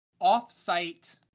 off-site